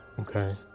okay